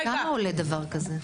רגע --- כמה עולה דבר כזה?